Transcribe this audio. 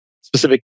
specific